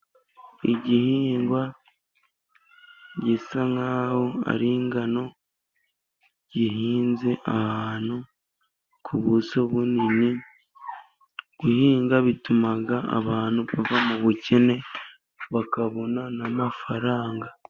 Igihingwa gisa nk'aho ari ingano, gihinze ahantu ku buso bunini. Guhinga bituma abantu bava mu bukene bakabona n'amafaranga.